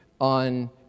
on